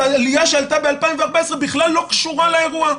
אז העלייה שעלתה ב-2014 בכלל לא קשורה לאירוע.